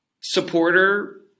supporter